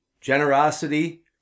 generosity